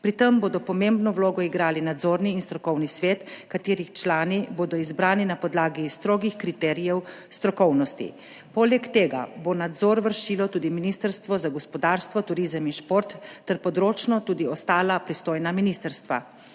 Pri tem bosta pomembno vlogo igrala nadzorni in strokovni svet, katerih člani bodo izbrani na podlagi strogih kriterijev strokovnosti. Poleg tega bo nadzor vršilo tudi Ministrstvo za gospodarstvo, turizem in šport ter področno tudi ostala pristojna ministrstva,